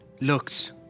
Looks